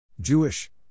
Jewish